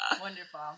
wonderful